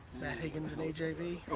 matt higgins and ajv.